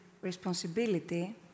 responsibility